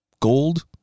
gold